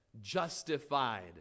Justified